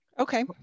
Okay